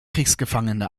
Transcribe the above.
kriegsgefangene